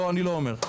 לא אני לא אומר,